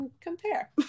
compare